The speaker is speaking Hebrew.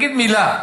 תגיד מלה.